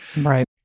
Right